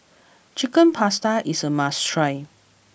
Chicken Pasta is a must try